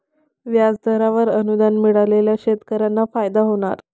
व्याजदरावर अनुदान मिळाल्याने शेतकऱ्यांना फायदा होणार